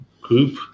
group